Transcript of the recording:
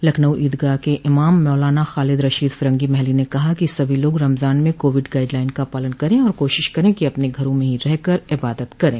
लखनऊ ईदगाह के इमाम मौलाना खालिद रशीद फिरंगी महली ने कहा है कि सभी लोग रमजान में कोविड गाइडलाइन का पालन करें और कोशिश करें कि अपने घरों में ही रह कर इबादत करे